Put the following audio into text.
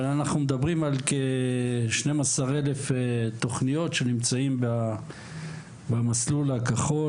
אבל אנחנו מדברים על כ-12 אלף תוכניות שנמצאות במסלול הכחול,